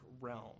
realm